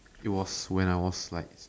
it was when I was like